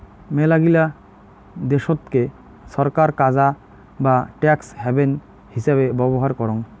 মেলাগিলা দেশতকে ছরকার কাজা বা ট্যাক্স হ্যাভেন হিচাবে ব্যবহার করং